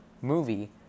movie